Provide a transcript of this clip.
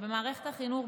במערכת החינוך,